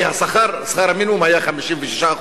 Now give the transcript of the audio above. כי שכר המינימום היה 56%,